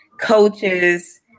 coaches